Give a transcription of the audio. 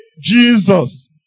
Jesus